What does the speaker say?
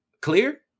Clear